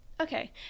Okay